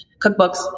cookbooks